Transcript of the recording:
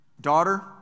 Daughter